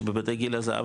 שבבתי גיל הזהב,